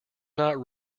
not